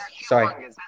Sorry